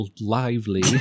lively